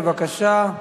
בבקשה,